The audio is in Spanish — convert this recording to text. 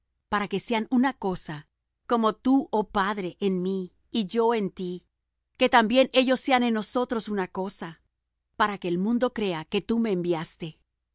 para que todos sean una cosa como tú oh padre en mí y yo en ti que también ellos sean en nosotros una cosa para que el mundo crea que tú me enviaste